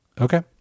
okay